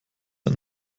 ein